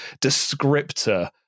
descriptor